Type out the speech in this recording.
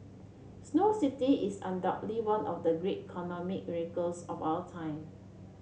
Snow City is undoubtedly one of the great economic miracles of our time